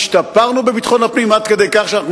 השתפרנו בביטחון הפנים עד כדי כך שאנחנו